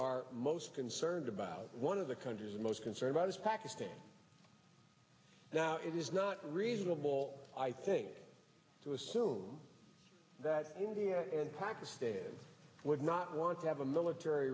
are most concerned about one of the country's most concerned about is pakistan now it is not reasonable i think to assume that india and pakistan would not want to have a military